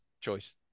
choice